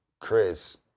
Chris